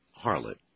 Harlot